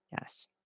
Yes